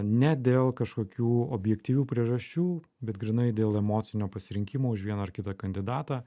ne dėl kažkokių objektyvių priežasčių bet grynai dėl emocinio pasirinkimo už vieną ar kitą kandidatą